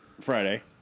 Friday